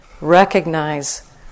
Recognize